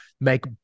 make